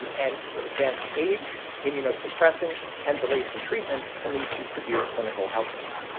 and advanced age, immunosuppression, and delays in treatment can lead to severe clinical outcomes.